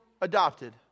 adopted